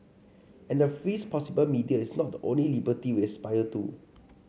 and the freest possible media is not the only liberty we aspire to